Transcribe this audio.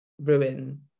ruin